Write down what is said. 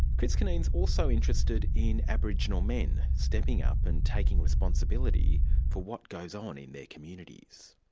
chris cunneen is also interested in aboriginal men stepping up and taking responsibility for what goes on in their communities.